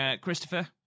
Christopher